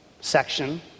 section